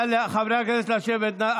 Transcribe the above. חברי הכנסת, לשבת.